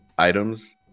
Items